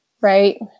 right